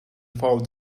found